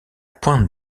pointe